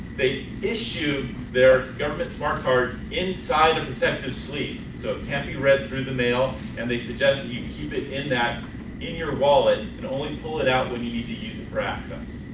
they issue their government smart cards inside a protected sleeve. so it can't be read through the mail and they suggest that you keep it in that in your wallet and only pull it out when you need to use it for access.